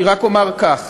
אני רק אומר כך: